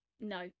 No